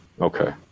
Okay